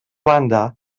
banda